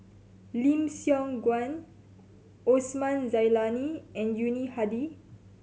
Lim Siong Guan Osman Zailani and Yuni Hadi